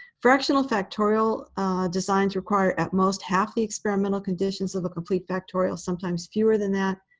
fractional factorial designs require, at most, half the experimental conditions of a complete factorial, sometimes fewer than that,